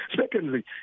Secondly